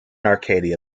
arcadia